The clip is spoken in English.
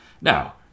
Now